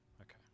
okay